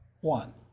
one